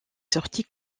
sortie